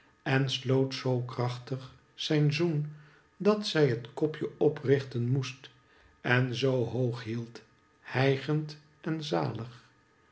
en sloot zoo krachtig zijn zoen dat zij het kopje oprichten moest en zoo hoog hield hijgend en zalig